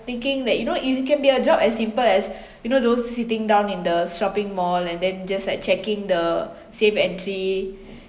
thinking that you know if you can be a job as simple as you know those sitting down in the shopping mall and then just like checking the safe entry